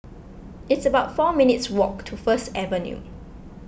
it's about four minutes' walk to First Avenue